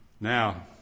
Now